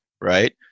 right